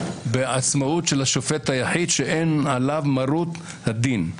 בעצמאות של השופט היחיד, שאין עליו מרות הדין.